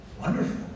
Wonderful